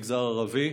מגזר ערבי,